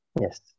Yes